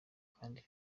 kandi